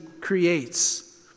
creates